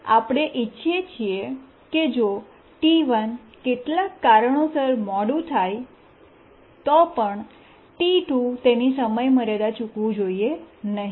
આપણે ઇચ્છીએ છીએ કે જો T1 કેટલાક કારણોસર મોડું થાય તો પણ T2 તેની સમયમર્યાદા ચૂકવું જોઇએ નહીં